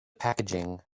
packaging